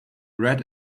red